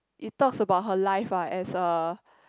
it talks about her life ah as a